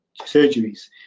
surgeries